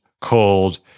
called